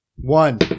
One